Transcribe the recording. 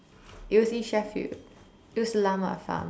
it was in Sheffield it was a llama farm